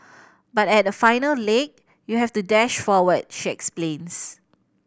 but at the final leg you have to dash forward she explains